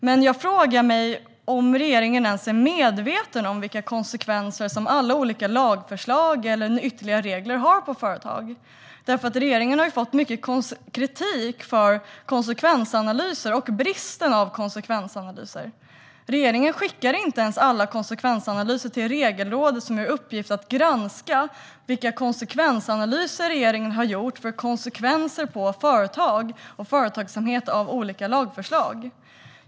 Men jag frågar mig om regeringen ens är medveten om vilka konsekvenser som alla olika lagförslag eller ytterligare regler har för företag. Regeringen har fått mycket kritik för bristen på konsekvensanalyser. Regeringen skickar inte ens alla konsekvensanalyser till Regelrådet, som har till uppgift att granska vilka konsekvensanalyser regeringen har gjort för att se konsekvenserna för företag och företagsamhet av olika lagförslag.